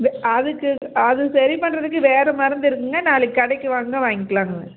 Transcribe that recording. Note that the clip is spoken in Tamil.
அதுக்கு அது சரி பண்ணுறதுக்கு வேறு மருந்து இருக்குதுங்க நாளைக்கு கடைக்கு வாங்க வாங்க்கிலாங்க